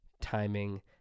timing